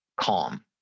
calm